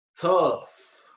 tough